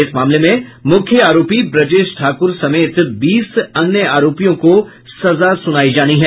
इस मामले में मुख्य आरोपी ब्रजेश ठाकुर समेत बीस अन्य आरोपियों को सजा सुनाई जानी है